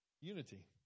unity